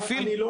ובברזילאי.